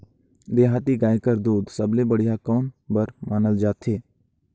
देहाती गाय कर दूध सबले बढ़िया कौन बर मानल जाथे?